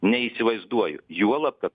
neįsivaizduoju juolab kad